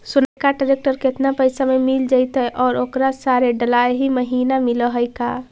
Sonalika tractor केतना पैसा में मिल जइतै और ओकरा सारे डलाहि महिना मिलअ है का?